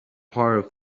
part